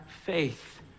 faith